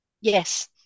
yes